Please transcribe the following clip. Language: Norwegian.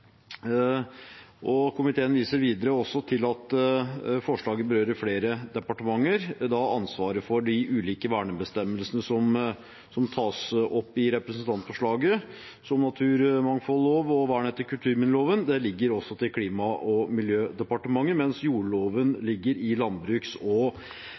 saken. Komiteen viser videre til at forslaget berører flere departementer, som da har ansvaret for de ulike vernebestemmelsene som tas opp i representantforslaget. Så naturmangfoldloven og vern etter kulturminneloven ligger til Klima- og miljødepartementet, mens